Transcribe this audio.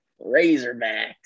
Razorbacks